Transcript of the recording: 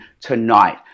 tonight